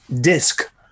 disc